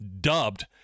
dubbed